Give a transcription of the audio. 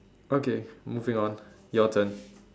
okay moving on your turn